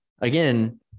again